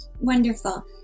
wonderful